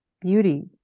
beauty